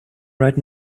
right